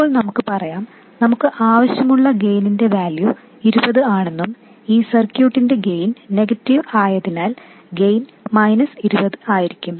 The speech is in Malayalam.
ഇപ്പോൾ നമുക്ക് പറയാം നമുക്ക് ആവശ്യമുള്ള ഗെയിന്റെ വാല്യൂ ഇരുപത് ആണെന്നും ഈ സർക്യൂട്ടിന്റെ ഗെയിൻ നെഗറ്റീവ് ആയതിനാൽ ഗെയിൻ മൈനസ് 20 ആയിരിക്കും